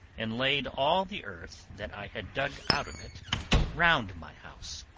and laid all the earth that i had dug out of it round my house,